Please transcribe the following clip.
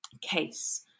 case